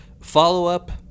Follow-up